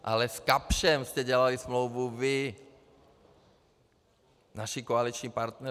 Ale s Kapschem jste dělali smlouvu vy, naši koaliční partneři.